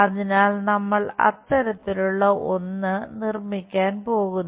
അതിനാൽ നമ്മൾ അത്തരത്തിലുള്ള ഒന്ന് നിർമ്മിക്കാൻ പോകുന്നു